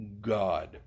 God